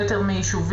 מוזר.